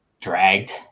dragged